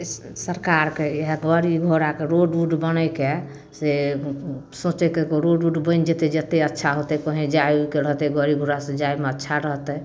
स्स सरकारके इएह गाड़ी घोड़ाके रोड उड बनैके से सोचैके रोड उड बनि जेतै जतेक अच्छा होतै कहीँ जाइ उइके रहतै गाड़ी घोड़ा से जाइमे अच्छा रहतै